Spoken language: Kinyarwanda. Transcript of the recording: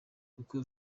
kuko